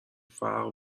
فرق